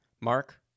Mark